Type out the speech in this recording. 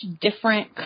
different